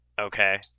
Okay